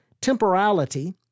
temporality